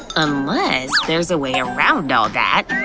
unless there's a way around all that.